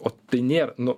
o tai nėr nu